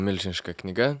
milžiniška knyga